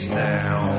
now